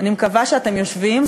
אני מקווה שאתם יושבים,